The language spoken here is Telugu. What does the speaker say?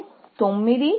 అంటే 6 9 3 1 9 4 2 5